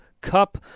Cup